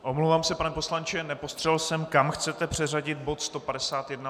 Omlouvám se, pane poslanče, nepostřehl jsem, kam chcete přeřadit bod 151.